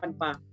pa